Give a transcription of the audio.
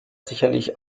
sicherlich